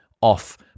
off